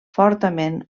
fortament